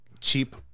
cheap